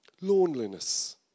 loneliness